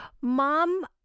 mom